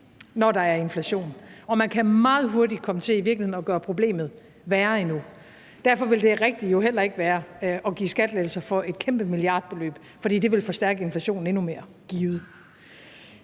når der er inflation. Man kan i virkeligheden meget hurtigt komme til at gøre problemet værre endnu. Derfor ville det rigtige jo heller ikke være at give skattelettelser for et kæmpe milliardbeløb, for det ville givet forstærke inflationen endnu mere.